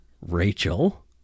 Rachel